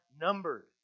numbered